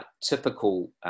typical